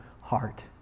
heart